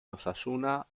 osasuna